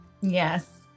Yes